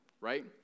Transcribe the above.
right